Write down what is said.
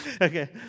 Okay